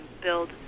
build